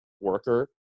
worker